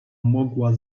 mogła